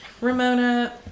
ramona